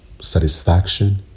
satisfaction